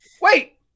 Wait